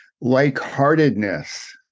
like-heartedness